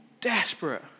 desperate